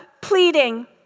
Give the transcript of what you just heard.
Pleading